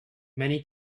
many